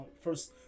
first